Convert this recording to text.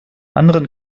anderen